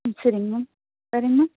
ம் சரிங்க மேம் வேறங்க மேம்